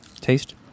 taste